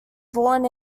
born